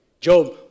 Job